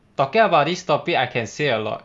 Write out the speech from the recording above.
talking about this topic I can say a lot